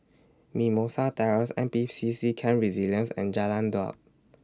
Mimosa Terrace N P C C Camp Resilience and Jalan Daud